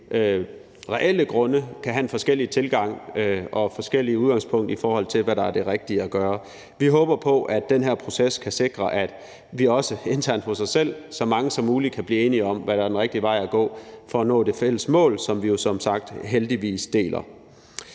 reelle grunde kan have forskellige tilgange og forskellige udgangspunkter, i forhold til hvad der er det rigtige at gøre. Vi håber på, at den her proces kan sikre, at vi også internt hos os selv kan blive enige om, så mange som muligt, hvad der er den rigtige vej at gå for at nå det fælles mål, som vi jo som sagt heldigvis deler.